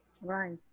Right